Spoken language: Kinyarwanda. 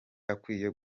akwiye